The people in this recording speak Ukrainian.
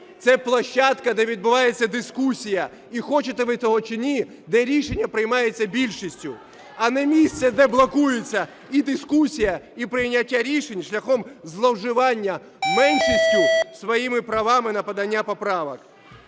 це площадка, де відбувається дискусія. І хочете ви цього чи ні, де рішення приймаються більшістю, а не місце, де блокується і дискусія, і прийняття рішень шляхом зловживання меншістю своїми правами на подання поправок.